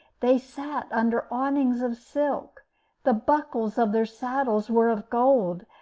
they sat under awnings of silk the buckles of their saddles were of gold,